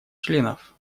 членов